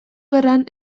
gerran